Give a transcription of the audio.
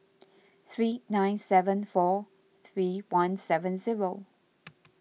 three nine seven four three one seven zero